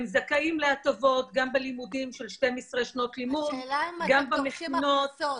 הם זכאים להטבות גם בלימודים של 12 שנות לימוד וגם במכינות.